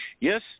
Yes